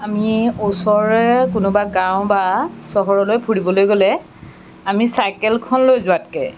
আমি ওচৰেৰে কোনোৱা গাঁও বা চহৰলৈ ফুৰিবলৈ গ'লে আমি চাইকেলখন লৈ যোৱাতকৈ